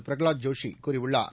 பிரகலாத் ஜோஷி கூறியுள்ளார்